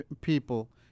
people